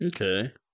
Okay